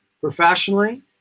professionally